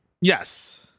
Yes